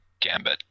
gambit